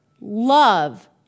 love